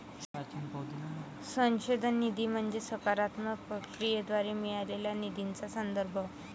संशोधन निधी म्हणजे स्पर्धात्मक प्रक्रियेद्वारे मिळालेल्या निधीचा संदर्भ